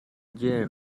jerk